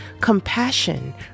Compassion